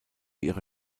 ihrer